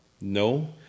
No